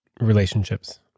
relationships